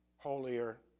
holier